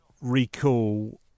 recall